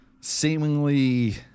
seemingly